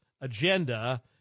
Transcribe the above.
agenda